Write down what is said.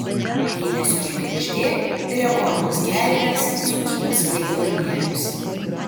mėnesio žvaigždė rekordus gerinęs dzūkijos legionierius